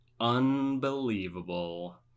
unbelievable